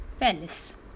palace